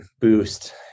boost